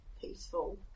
peaceful